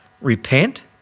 Repent